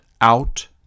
out